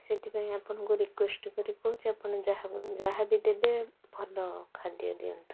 ସେଥିପାଇଁ ଆପଣଙ୍କୁ ରିକ୍ୱେଷ୍ଟ କରି କହୁଛି ଆପଣ ଯାହା ଯାହା ବି ଦେବେ ଭଲ ଖାଦ୍ୟ ଦିଅନ୍ତୁ